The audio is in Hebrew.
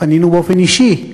פנינו באופן אישי,